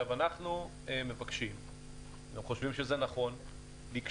אנחנו מבקשים לקשור